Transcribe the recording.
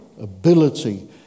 Ability